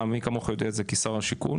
מי כמוך יודע את זה כשר השיכון,